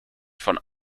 von